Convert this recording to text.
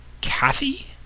Kathy